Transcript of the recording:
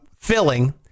filling